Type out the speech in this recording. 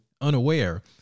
unaware